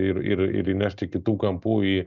ir ir ir įnešti kitų kampų į